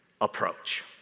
approach